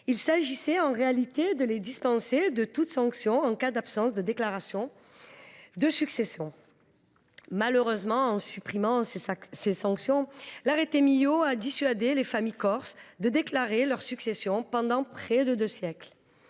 Il s’agissait en réalité de les dispenser de toute sanction en cas d’absence de déclaration de succession. Malheureusement, en supprimant ces sanctions, l’arrêté Miot a dissuadé les familles corses de déclarer leurs successions pendant près de deux siècles.